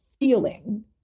feeling